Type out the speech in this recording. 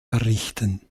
errichten